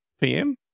PM